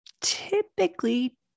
typically